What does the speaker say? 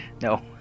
No